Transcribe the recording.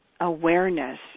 awareness